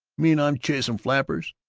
mean i'm chasing flappers?